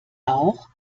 auch